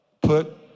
Put